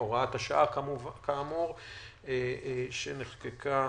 הוראת השעה כאמור שנחקקה